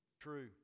True